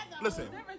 listen